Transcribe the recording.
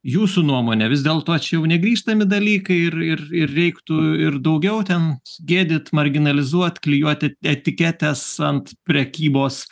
jūsų nuomone vis dėlto čia jau negrįžtami dalykai ir ir ir reiktų ir daugiau ten gėdyt marginalizuot klijuoti etiketes ant prekybos